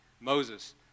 Moses